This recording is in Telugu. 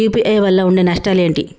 యూ.పీ.ఐ వల్ల ఉండే నష్టాలు ఏంటి??